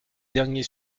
derniers